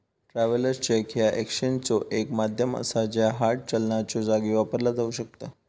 travellers cheque ह्या एक्सचेंजचो एक माध्यम असा ज्या हार्ड चलनाच्यो जागी वापरला जाऊ शकता